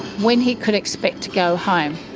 when he could expect to go home.